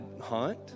hunt